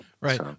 Right